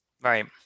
Right